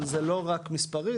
אבל זה לא רק מספרי,